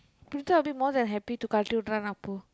Punitha will be more than happy to கழட்டிவிடுறான்:kazhatdividuraan Appu